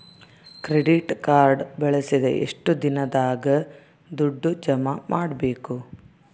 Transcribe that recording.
Credit card ಬಳಸಿದ ಎಷ್ಟು ದಿನದಾಗ ದುಡ್ಡು ಜಮಾ ಮಾಡ್ಬೇಕು?